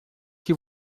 que